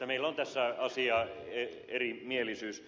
meillä on tässä asiassa erimielisyys